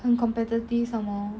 很 competitive somemore